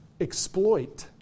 exploit